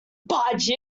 barge